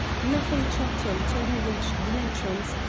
nothing checked him till he reached the entrance,